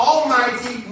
Almighty